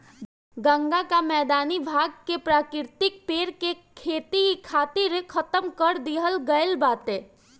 गंगा कअ मैदानी भाग के प्राकृतिक पेड़ के खेती खातिर खतम कर दिहल गईल बाटे